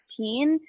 2016